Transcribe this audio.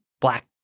black